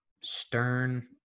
Stern